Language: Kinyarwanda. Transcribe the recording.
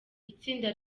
itsinda